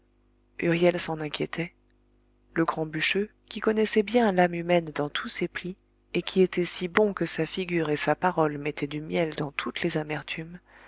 huriel s'en inquiétait le grand bûcheux qui connaissait bien l'âme humaine dans tous ses plis et qui était si bon que sa figure et sa parole mettaient du miel dans toutes les amertumes